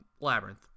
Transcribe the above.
labyrinth